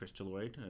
crystalloid